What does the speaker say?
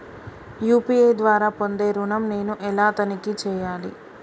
UPI ద్వారా పొందే ఋణం నేను ఎలా తనిఖీ చేయాలి?